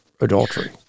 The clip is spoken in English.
adultery